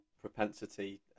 propensity